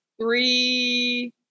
Three